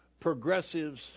progressives